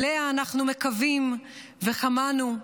שאליה אנחנו מקווים וכמהנו,